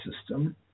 system